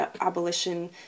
abolition